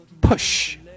push